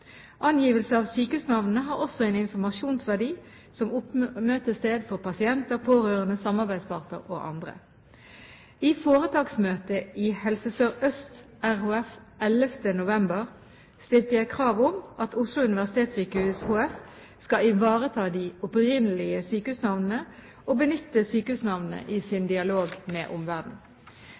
Angivelse av sykehusnavnene har også en informasjonsverdi som oppmøtested for pasienter, pårørende, samarbeidsparter og andre. I foretaksmøtet i Helse Sør-Øst RHF 11. november stilte jeg krav om at Oslo universitetssykehus HF skal ivareta de opprinnelige sykehusnavnene, og benytte sykehusnavnene i sin dialog med